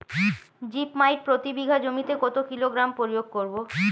Zip মাইট প্রতি বিঘা জমিতে কত কিলোগ্রাম প্রয়োগ করব?